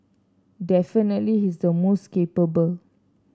definitely he's the most capable